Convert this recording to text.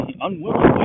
unwillingly